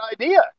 idea